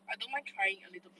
I don't mind trying a little bit